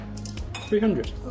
300